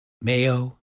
Mayo